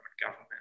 government